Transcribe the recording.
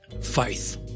faith